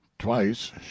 twice